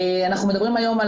אנחנו מדברים היום,